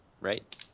right